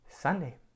Sunday